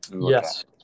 Yes